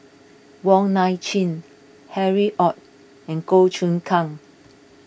Wong Nai Chin Harry Ord and Goh Choon Kang